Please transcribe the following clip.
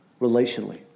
relationally